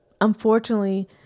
Unfortunately